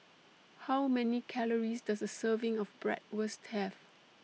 How Many Calories Does A Serving of Bratwurst Have